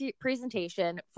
presentation